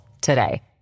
today